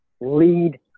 lead